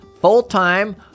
full-time